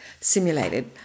simulated